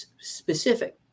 specific